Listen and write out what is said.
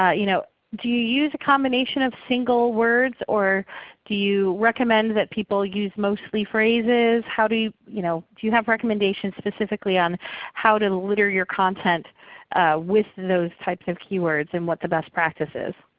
ah you know do you use a combination of single words, or do you recommend that people use mostly phrases? how do you you know do you have recommendations, specifically, on how to litter your content with those types of keywords and what the best practice is?